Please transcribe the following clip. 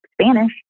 Spanish